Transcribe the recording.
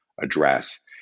address